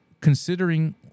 considering